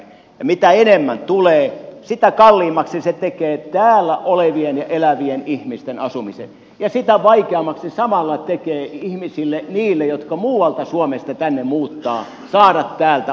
ja mitä enemmän tulee sitä kalliimmaksi se tekee täällä olevien ja elävien ihmisten asumisen ja sitä vaikeammaksi samalla tekee niille ihmisille jotka muualta suomesta tänne muuttavat saada täältä asunto